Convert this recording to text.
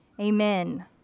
Amen